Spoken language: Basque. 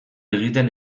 egiten